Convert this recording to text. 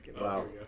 Wow